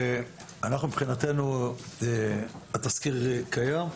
מבחינתנו התזכיר קיים.